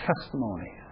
testimony